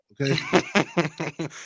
Okay